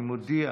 אני מודיע